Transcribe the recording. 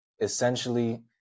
essentially